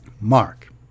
Mark